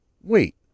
Wait